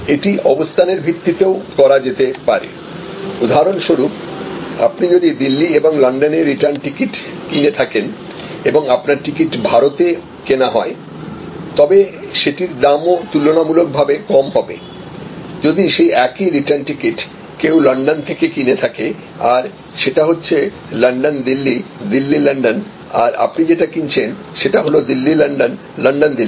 এটি অবস্থানের ভিত্তিতেও করা যেতে পারে উদাহরণস্বরূপ আপনি যদি দিল্লি এবং লন্ডনের রিটার্ন টিকিট কিনে থাকেন এবং আপনার টিকিট ভারতে কেনা হয় তবে সেটির দামও তুলনামূলকভাবে কম হবে যদি সেই একই রিটার্ন টিকিট কেউ লন্ডন থেকে কিনে থাকে আর সেটা হচ্ছে লন্ডন দিল্লি দিল্লি লন্ডন আর আপনি যেটা কিনছেন সেটা হল দিল্লি লন্ডন লন্ডন দিল্লি